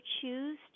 choose